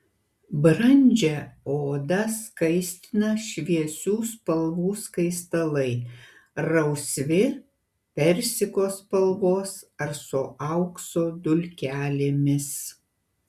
brandžią odą skaistina šviesių spalvų skaistalai rausvi persiko spalvos ar su aukso dulkelėmis